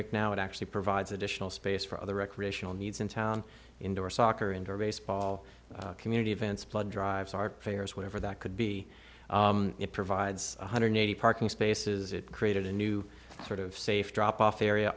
rink now it actually provides additional space for other recreational needs in town indoor soccer indoor baseball community events blood drives our players whatever that could be it provides one hundred eighty parking spaces it created a new sort of safe drop off area